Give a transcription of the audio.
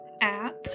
app